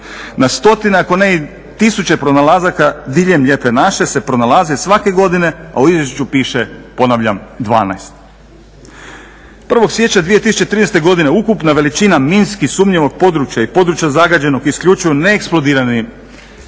Na stotine, ako ne i tisuće pronalazaka diljem Lijepe naše se pronalaze svake godine, a u izvješću piše ponavljam 12. 1. siječnja 2012. godine ukupna veličina minski sumnjivog područja i područja zagađenog isključivo neeksplodiranim